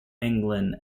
england